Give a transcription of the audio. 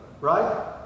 right